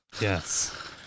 yes